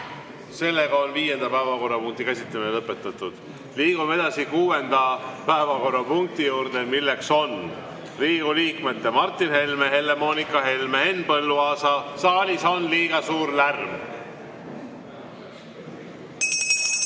välja. Viienda päevakorrapunkti käsitlemine on lõpetatud. Liigume edasi kuuenda päevakorrapunkti juurde, milleks on Riigikogu liikmete Martin Helme, Helle-Moonika Helme, Henn Põlluaasa … Saalis on liiga suur lärm!